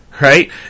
right